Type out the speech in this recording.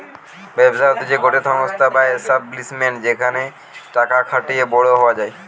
ব্যবসা হতিছে গটে সংস্থা বা এস্টাব্লিশমেন্ট যেখানে টাকা খাটিয়ে বড়ো হওয়া যায়